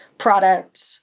product